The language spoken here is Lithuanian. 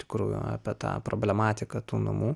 tikrųjų apie tą problematiką tų namų